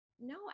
no